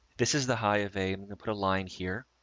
this is the high of a, put a line here.